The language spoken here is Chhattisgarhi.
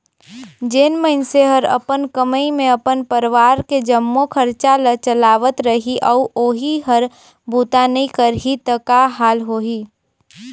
जेन मइनसे हर अपन कमई मे अपन परवार के जम्मो खरचा ल चलावत रही अउ ओही हर बूता नइ करही त का हाल होही